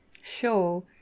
show